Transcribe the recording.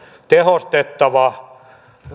tehostettava